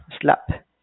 Slap